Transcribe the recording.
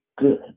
good